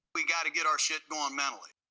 we gotta get our shit on now.